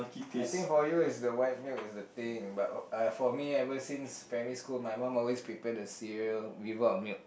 I think for you is the white milk is the thing but uh for me ever since primary school my mum always prepare the cereal without milk